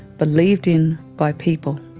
believed in by people,